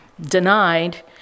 denied